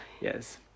Yes